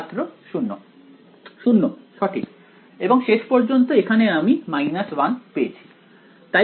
ছাত্র 0 0 সঠিক এবং শেষ পর্যন্ত এখানে আমি 1 পেয়েছি